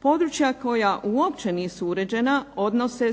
Područja koja uopće nisu uređena odnose